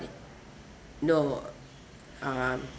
no um